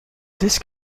this